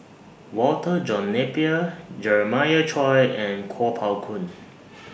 Walter John Napier Jeremiah Choy and Kuo Pao Kun